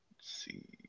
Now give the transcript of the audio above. see